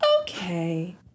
Okay